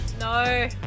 No